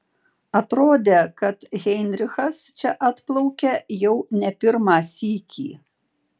atrodė kad heinrichas čia atplaukia jau ne pirmą sykį